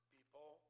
People